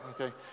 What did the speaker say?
Okay